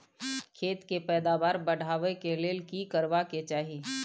खेत के पैदावार बढाबै के लेल की करबा के चाही?